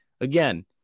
Again